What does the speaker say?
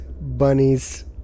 bunnies